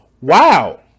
wow